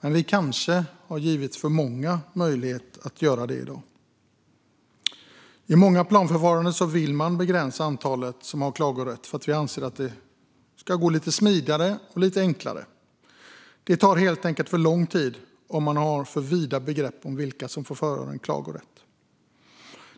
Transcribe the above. men vi kanske har givit för många möjlighet att göra det i dag. I många planförfaranden vill man begränsa antalet som har klagorätt eftersom man anser att det ska gå lite smidigare och enklare. Det tar helt enkelt för lång tid med för vida begrepp om vilka som har klagorätt.